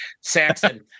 Saxon